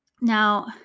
Now